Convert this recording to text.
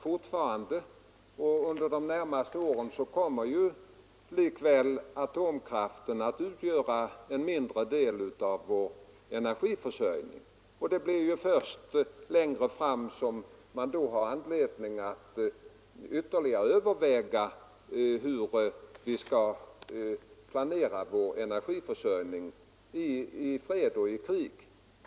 Det är ju så att under de närmaste åren kommer likväl atomkraften att utgöra en mindre del av vår energiförsörjning. Det blir först längre fram som man har anledning att ytterligare överväga hur man skall planera energiförsörjningen i fred och i krig.